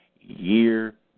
year